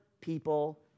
people